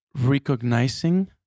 recognizing